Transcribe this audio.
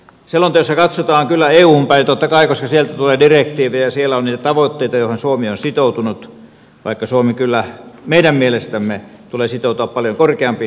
selonteossa katsotaan kyllä euhun päin totta kai koska sieltä tulee direktiivejä ja siellä on niitä tavoitteita joihin suomi on sitoutunut vaikka suomen kyllä meidän mielestämme tulee sitoutua paljon korkeampiin tavoitteisiin